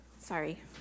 Sorry